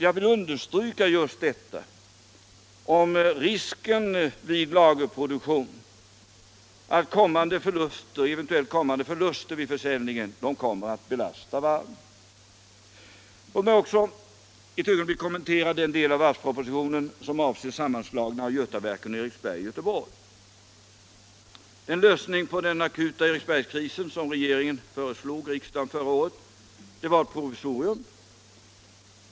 Jag vill understryka att risken vid lagerproduktion är att eventuella förluster vid försäljningen kommer att belasta varven. Låt mig också ett ögonblick kommentera den del av varvspropositionen som avser sammanslagningen av Götaverken och Eriksberg i Göteborg. Den lösning på den akuta Eriksbergskrisen som regeringen föreslog riksdagen förra året var ett provisorium.